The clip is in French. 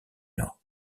nord